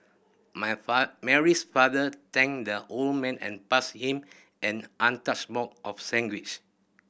my Mary's father thanked the old man and passed him an untouched box of sandwich